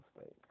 State